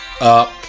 Up